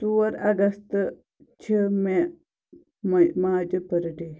ژور اگستہٕ چھُ مےٚ ماجہ برٕتھ ڈے